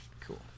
Cool